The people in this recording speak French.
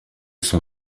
son